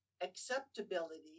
acceptability